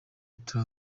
ibya